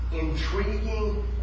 intriguing